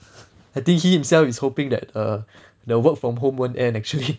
I think he himself is hoping that err the work from home won't and actually